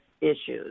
issues